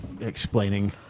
explaining